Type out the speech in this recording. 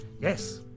yes